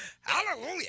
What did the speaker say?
Hallelujah